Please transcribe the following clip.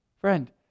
Friend